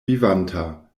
vivanta